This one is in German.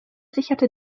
sicherte